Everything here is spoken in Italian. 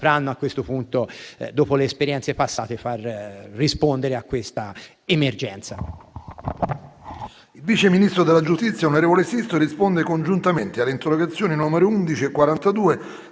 sicuramente, dopo le esperienze passate, rispondere a questa emergenza.